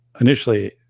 initially